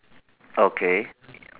okay